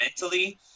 mentally